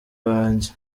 banjye